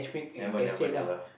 never never never